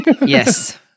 Yes